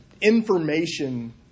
information